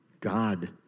God